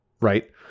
right